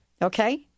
Okay